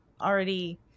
already